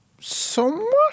Somewhat